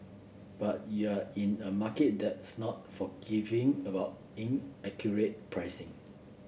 but you're in a market that's not forgiving about inaccurate pricing